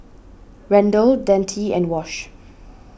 Randal Dante and Wash